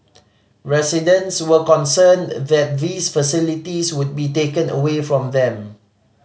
residents were concerned that these facilities would be taken away from them